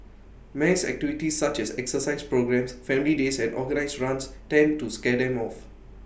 mass activities such as exercise programmes family days and organised runs tend to scare them off